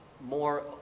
more